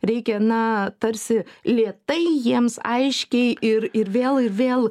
reikia na tarsi lėtai jiems aiškiai ir ir vėl ir vėl